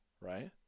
right